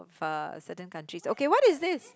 far a certain countries okay what is this